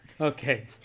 Okay